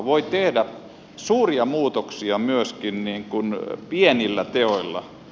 voi tehdä suuria muutoksia myöskin pienillä teoilla